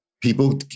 people